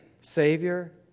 Savior